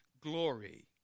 glory